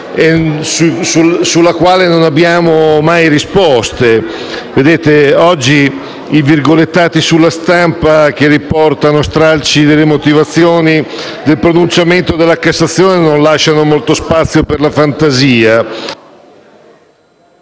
sulla quale non abbiamo mai elementi. I virgolettati sulla stampa che riportano stralci delle motivazioni nel pronunciamento non lasciano molto spazio per la fantasia